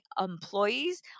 employees